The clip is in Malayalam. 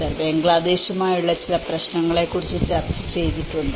Subhajyoti Samaddar ബംഗ്ലാദേശുമായുള്ള ചില പ്രശ്നങ്ങളെക്കുറിച്ച് ചർച്ച ചെയ്തിട്ടുണ്ട്